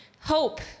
Hope